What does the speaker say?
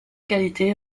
qualité